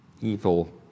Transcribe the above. Evil